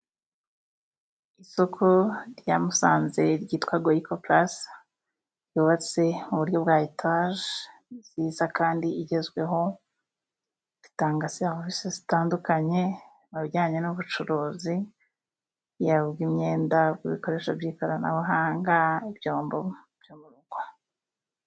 Isoko rya Musanze ryitwa Goyiko pulasa ryubatse mu buryo bwa etaje nziza kandi igezweho itanga serivisi zitandukanye mu bijyanye n'ubucuruzi yaba ubw'imyenda, ubw'ibikoresho by'ikoranabuhanga, ibyombo byo mu rugo.